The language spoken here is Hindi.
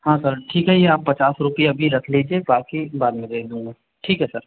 हां सर ठीक है ये आप पचास रुपये अभी रख लीजिए बाकी बाद में दे दूंगा ठीक है सर